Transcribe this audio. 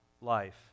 life